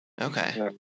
Okay